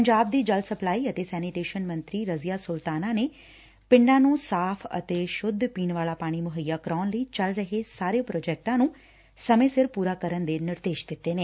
ਪੰਜਾਬ ਦੀ ਜਲ ਸਪਲਾਈ ਅਤੇ ਸੈਨੀਟੇਸ਼ਨ ਮੰਤਰੀ ਰਜ਼ੀਆ ਸੁਲਤਾਨਾ ਨੇ ਪਿੰਡਾਂ ਨੂੰ ਸਾਫ ਅਤੇ ਸ਼ੁੱਧ ਪੀਣ ਵਾਲਾ ਪਾਣੀ ਮੁਹੱਈਆ ਕਰਵਾਉਣ ਲਈ ਚੱਲ ਰਹੇ ਸਾਰੇ ਪ੍ਰੋਜੈਕਟਾਂ ਨੂੰ ਸਮੇਂ ਸਿਰ ਪੁਰਾ ਕਰਨ ਦੇ ਨੈਰਦੇਸ਼ ਦਿੱਤੇ ਨੇ